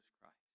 Christ